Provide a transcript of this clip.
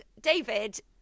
David